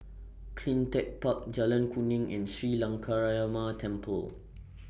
CleanTech Park Jalan Kuning and Sri Temple